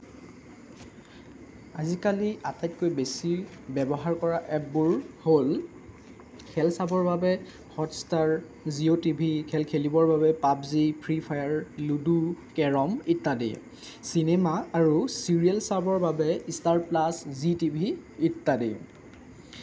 আজিকালি আটাইতকৈ বেছি ব্যৱহাৰ কৰা এপবোৰ হ'ল খেল চাবৰ বাবে হটষ্টাৰ জিঅ' টিভি খেল খেলিবৰ বাবে পাবজি ফ্ৰিফায়াৰ লুডু কেৰম ইত্যাদি চিনেমা আৰু ছিৰিয়েল চাবৰ বাবে ষ্টাৰ প্লাছ জিটিভি ইত্যাদি